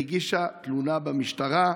היא הגישה תלונה במשטרה,